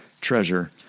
treasure